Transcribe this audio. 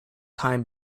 time